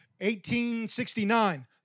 1869